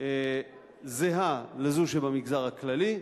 זהה לזו שבמגזר הכללי.